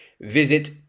visit